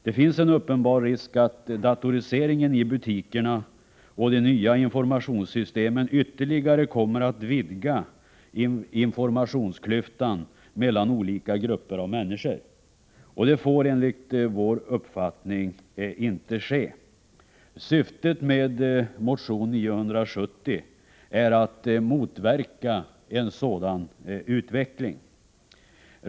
Det finns en uppenbar risk att datoriseringen i butikerna och de nya informationssystemen ytterligare kommer att vidga informationsklyftan mellan olika grupper av människor. Det får enligt vår uppfattning inte ske. Syftet med motion 970 är att motverka en sådan utveckling.